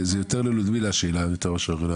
זה יותר ללודמילה השאלה.